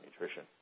nutrition